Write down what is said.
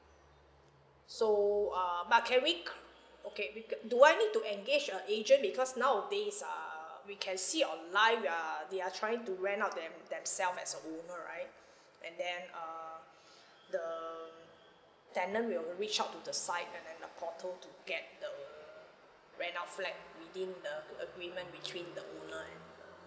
so um but can we cr~ okay bec~ do I need to engage a agent because nowadays err we can see online we're they're trying to rent out them themself as a owner right and then err the tenant will reach out to the site and then the portal to get the rent out flat within the agreement between the owner and the